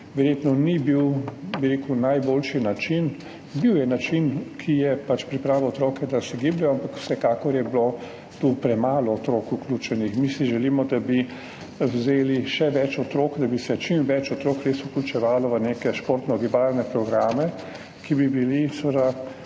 verjetno ni bil najboljši način. Bil je način, ki je pač pripravil otroke, da se gibljejo, ampak vsekakor je bilo premalo otrok vključenih. Mi si želimo, da bi vzeli še več otrok, da bi se čim več otrok res vključevalo v neke športne gibalne programe, ki bi bili